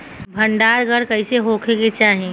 भंडार घर कईसे होखे के चाही?